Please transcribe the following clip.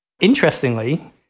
interestingly